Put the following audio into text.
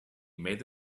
made